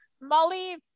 Molly